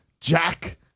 Jack